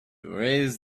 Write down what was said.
raised